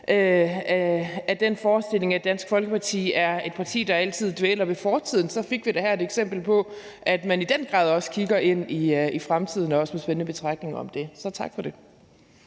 af den forestilling, at Dansk Folkeparti er et parti, der altid dvæler ved fortiden, fik vi da her et eksempel på, at man i den grad også kigger ind i fremtiden og også med spændende betragtninger om det. Så tak for det.